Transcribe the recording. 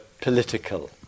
political